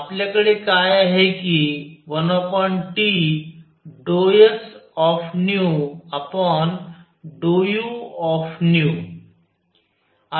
तर आपल्याकडे काय आहे कि 1T∂sν∂uν